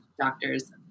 doctors